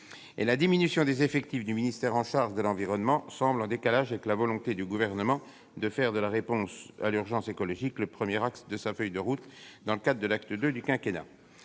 à la diminution des effectifs du ministère chargé de l'environnement, elle semble en décalage avec la volonté du Gouvernement de faire de la réponse à l'urgence écologique le premier axe de sa feuille de route dans le cadre de l'acte II du quinquennat.